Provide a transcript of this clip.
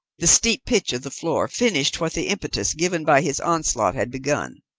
the steep pitch of the floor finished what the impetus given by his onslaught had begun.